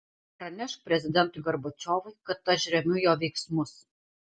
pranešk prezidentui gorbačiovui kad aš remiu jo veiksmus